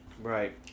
Right